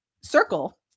circle